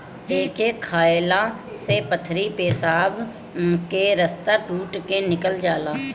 एके खाएला से पथरी पेशाब के रस्ता टूट के निकल जाला